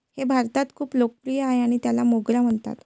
हे भारतात खूप लोकप्रिय आहे आणि त्याला मोगरा म्हणतात